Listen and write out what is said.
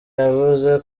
yavuze